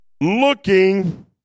looking